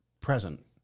present